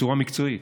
בצורה מקצועית.